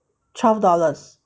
twelve dollars